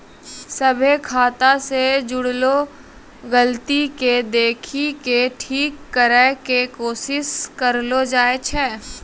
सभ्भे खाता से जुड़लो गलती के देखि के ठीक करै के कोशिश करलो जाय छै